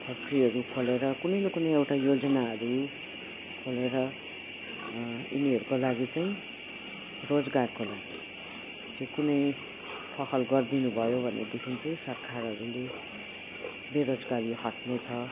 फ्याक्ट्रीहरू खोलेर कुनै न कुनै एउटा योजनाहरू खोलेर यिनीहरूको लागि चाहिँ रोजगारको लागि चाहिँ कुनै फहल गरिदिनु भयो भनेदेखि चाहिँ सरकारहरूले बेरोजगारी हट्नेछ